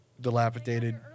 dilapidated